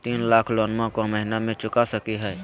तीन लाख लोनमा को महीना मे चुका सकी हय?